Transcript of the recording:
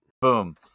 Boom